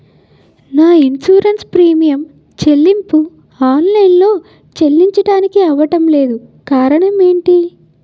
నా insurance premium చెల్లింపు online లో చెల్లించడానికి అవ్వడం లేదు కారణం ఏమిటి?